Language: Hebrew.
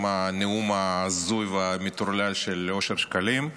של הנאום ההזוי והמטורלל של אושר שקלים,